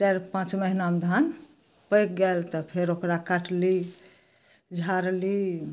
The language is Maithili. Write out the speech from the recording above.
चारि पाँच महिनामे धान पाकि गेल तऽ फेर ओकरा काटलहुँ झाड़लहुँ